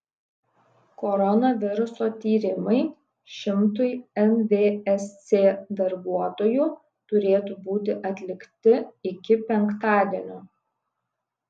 koronaviruso tyrimai šimtui nvsc darbuotojų turėtų būti atlikti iki penktadienio